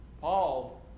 Paul